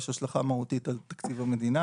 יש השלכה מהותית על תקציב המדינה.